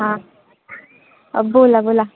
हां बोला बोला